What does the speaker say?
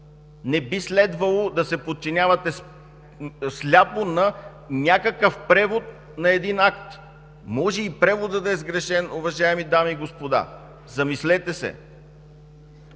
не би следвало да се подчинявате сляпо на някакъв превод на един акт. Може и преводът да е сгрешен, уважаеми дами и господа. Замислете се!